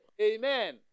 Amen